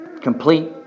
Complete